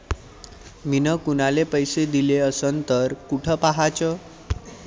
मिन कुनाले पैसे दिले असन तर कुठ पाहाचं?